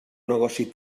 negoci